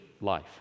life